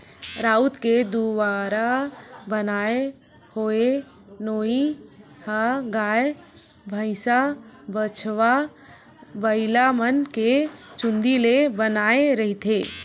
राउत के दुवारा बनाय होए नोई ह गाय, भइसा, बछवा, बइलामन के चूंदी ले बनाए रहिथे